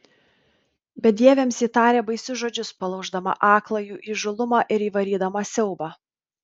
bedieviams ji tarė baisius žodžius palauždama aklą jų įžūlumą ir įvarydama siaubą